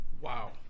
Wow